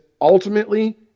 ultimately